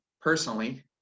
personally